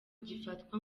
gifatwa